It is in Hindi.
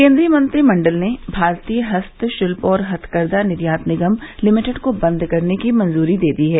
केन्द्रीय मंत्रिमंडल ने भारतीय हस्तशिल्प और हथकरघा निर्यात निगम लिमिटेड को बंद करने की मंजूरी दे दी है